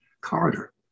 corridor